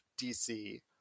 DC